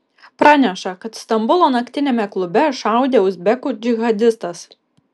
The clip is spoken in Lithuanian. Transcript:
praneša kad stambulo naktiniame klube šaudė uzbekų džihadistas